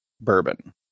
Bourbon